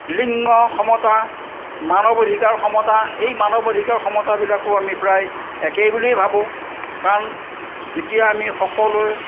লিংগ সমতা মানৱ অধিকাৰ সমতা এই মানৱ অধিকাৰ সমতাবিলাকো আমি প্ৰায় একেই বুলি ভাবোঁ কাৰণ যেতিয়া আমি সকলোৱে